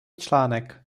článek